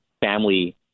family